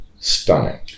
Stunning